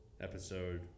episode